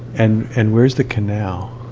and and where's the canal?